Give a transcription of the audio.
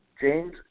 James